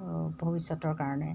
তো ভৱিষ্যতৰ কাৰণে